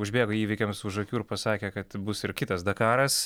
užbėgo įvykiams už akių ir pasakė kad bus ir kitas dakaras